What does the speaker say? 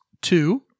two